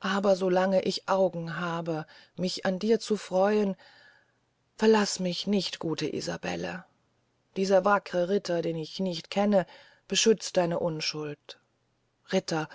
aber so lange ich augen habe mich an dir zu freuen verlaß mich nicht gute isabelle dieser wackre ritter den ich nicht kenne beschützt deine unschuld ritter